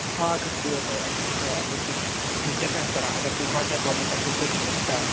ہاک حظ پیٚیِو تۄہہِ اسہِ نِش ٲں وُچھ حظ یہِ چھُ ڈِپیٚنٛڈ کَران اگر تۄہہِ گۄڈٕنیٚتھ گۄڈٕنیٚتھ اسہِ سۭتۍ کٔرِو نا سِٹارٹ